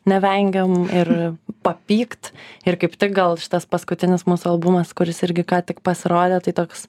nevengiam ir papykt ir kaip tik gal šitas paskutinis mūsų albumas kuris irgi ką tik pasirodė tai toks